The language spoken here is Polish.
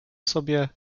sobie